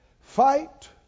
Fight